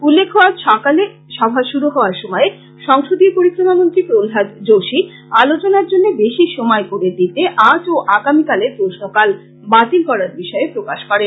উল্লেখ্য আজ সকালে সভা শুরু হওয়ার সময়ে সংসদীয় পরিক্রমা মন্ত্রী প্রহ্লাদ যোশী আলোচনার জন্য বেশি সময় করে দিতে আজ ও আগামীকালের প্রশ্নকাল বাতিল করার বিষয়ে প্রকাশ করেন